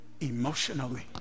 emotionally